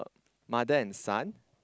mother and son